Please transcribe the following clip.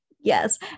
Yes